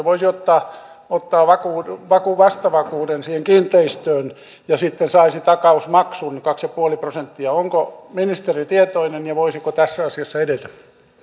voisi ottaa ottaa vastavakuuden siihen kiinteistöön ja sitten saisi takausmaksun kaksi pilkku viisi prosenttia onko ministeri tästä tietoinen ja voisiko tässä asiassa edetä otetaan tähän